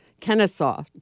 Kennesaw